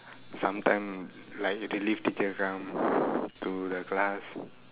sometime like relief teacher come to the class